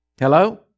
Hello